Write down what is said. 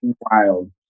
wild